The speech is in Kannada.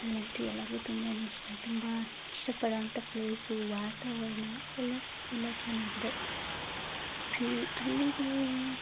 ಅಲ್ಲಂತೂ ಎಲ್ಲರ್ಗೂ ತುಂಬನೇ ಇಷ್ಟ ತುಂಬ ಇಷ್ಟ ಪಡುವಂಥ ಪ್ಲೇಸು ವಾತಾವರಣ ಎಲ್ಲ ಎಲ್ಲ ಚೆನ್ನಾಗಿದೆ ಅಲ್ಲಿ ಅಲ್ಲಿಗೆ